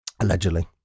allegedly